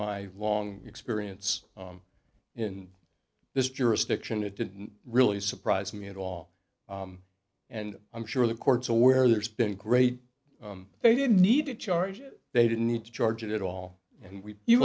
my long experience in this jurisdiction it didn't really surprise me at all and i'm sure the courts aware there's been great they didn't need to charge it they didn't need to charge it at all and we've you